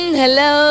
hello